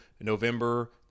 November –